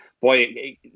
boy